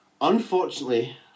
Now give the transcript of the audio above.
Unfortunately